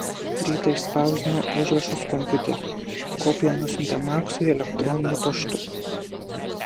rytą išspausdino užrašus kompiuteriu kopiją nusiuntė maksui elektroniniu paštu